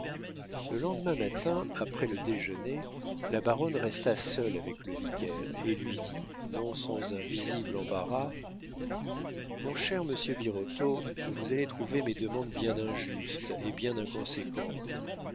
le lendemain matin après le déjeuner la baronne resta seule avec le vicaire et lui dit non sans un visible embarras mon cher monsieur birotteau vous allez trouver mes demandes bien injustes et bien inconséquentes